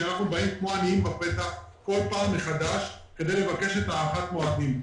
שאנחנו באים כמו עניים בפתח בכל בפעם מחדש כדי לבקש הארכת מועדים.